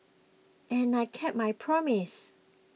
and I kept my promise